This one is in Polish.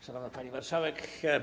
Szanowna Pani Marszałek!